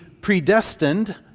predestined